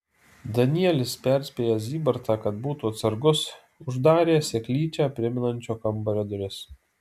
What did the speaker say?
danielis perspėjęs zybartą kad būtų atsargus uždarė seklyčią primenančio kambario duris